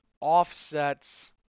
offsets